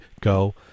go